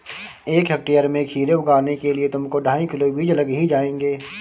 एक हेक्टेयर में खीरे उगाने के लिए तुमको ढाई किलो बीज लग ही जाएंगे